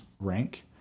rank